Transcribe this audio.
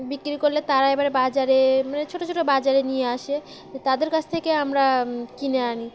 বিক্রি করলে তারা এবার বাজারে মানে ছোট ছোট বাজারে নিয়ে আসে তাদের কাছ থেকে আমরা কিনে আনি